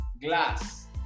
Glass